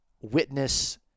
witness